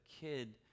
kid